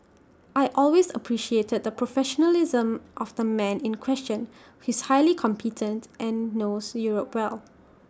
I always appreciated the professionalism of the man in question who is highly competent and knows Europe well